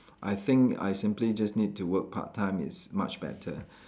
I think I simply just need to work part time it's much better